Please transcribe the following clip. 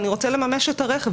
אני רוצה לממש את הרכב.